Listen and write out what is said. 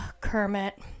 Kermit